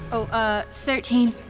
oh ah thirteen.